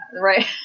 Right